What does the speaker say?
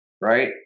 right